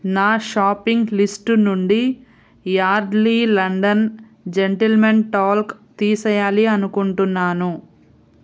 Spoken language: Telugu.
నా షాపింగ్ లిస్టు నుండి యార్డ్లీ లండన్ జెంటిల్మెన్ టాల్క్ తీసేయాలి అనుకుంటున్నాను